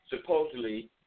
supposedly